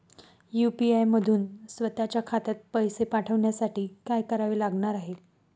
UPI मधून स्वत च्या खात्यात पैसे पाठवण्यासाठी काय करावे लागणार आहे?